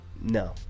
No